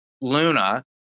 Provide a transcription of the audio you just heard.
Luna